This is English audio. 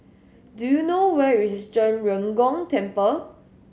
do you know where is Zhen Ren Gong Temple